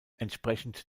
entsprechend